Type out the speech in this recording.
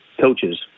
coaches